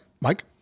Mike